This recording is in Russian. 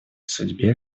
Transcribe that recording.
судьбе